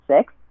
six